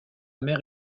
mère